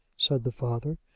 said the father,